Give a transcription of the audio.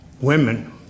women